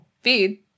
feed